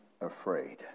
afraid